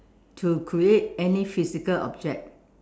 to create any physical object